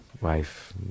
wife